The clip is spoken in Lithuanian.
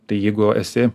tai jeigu esi